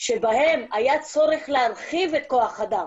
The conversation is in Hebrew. שבהן היה צורך להרחיב את כוח האדם,